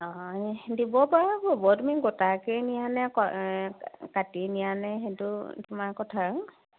অঁ দিবপৰা হ'ব তুমি গোটাকেই নিয়ানে কাটি নিয়ানে সেইটো তোমাৰ কথা আৰু